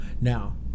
Now